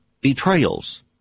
betrayals